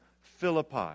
Philippi